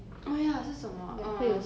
oh ya 是什么 uh